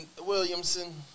Williamson